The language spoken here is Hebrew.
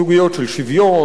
סוגיות של פתרונות,